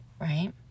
right